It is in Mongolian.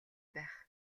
байх